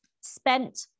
spent